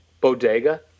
bodega